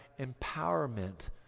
empowerment